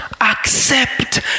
Accept